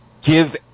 give